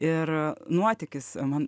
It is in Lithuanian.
ir nuotykis man